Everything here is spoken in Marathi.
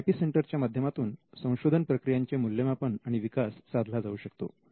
आय पी सेंटरच्या माध्यमातून संशोधन प्रक्रियांचे मूल्यमापन आणि विकास साधला जाऊ शकतो